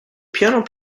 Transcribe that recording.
piano